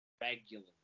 regularly